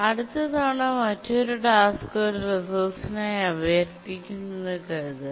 അടുത്ത തവണ മറ്റൊരു ടാസ്ക് ഒരു റിസോഴ്സിനായി അഭ്യർത്ഥിക്കുന്നുവെന്ന് കരുതുക